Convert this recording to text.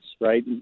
Right